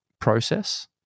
process